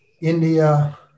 India